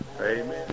Amen